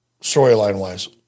storyline-wise